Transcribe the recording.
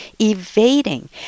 evading